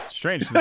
Strange